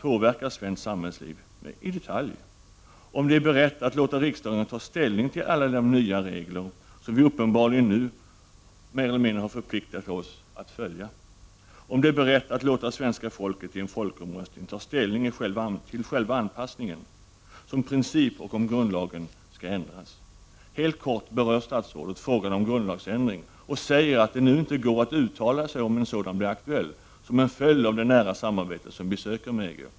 1989/90:23 att påverka svenskt samhällsliv, 10 november 1989 3. om hon är beredd att låta riksdagen ta ställning till alla de nya regler. 7 som vi uppenbarligen nu har förpliktigat oss att följa, 4. om hon är beredd att låta svenska folket i en folkomröstning ta ställning till själva anpassningen som princip och om grundlagen skall ändras. Helt kort berör statsrådet frågan om grundlagsändring och säger att det nu inte går att uttala sig om en sådan blir aktuell som en följd av det nära samarbete som vi söker med EG.